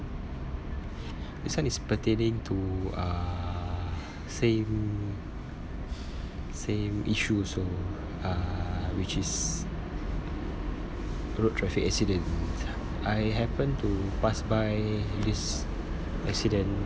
this one is pertaining to uh same same issue so which is road traffic accident I happened to pass by this accident